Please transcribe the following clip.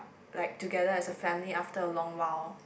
like together as a family after a long while